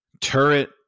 turret